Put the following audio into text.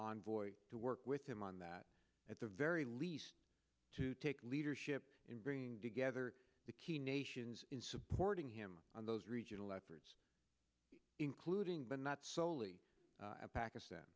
envoy to work with him on that at the very least to take leadership in bringing together the key nations in supporting him on those regional efforts including but not soley pakistan